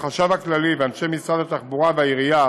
החשב הכללי ואנשי משרד התחבורה והעירייה